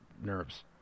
nerves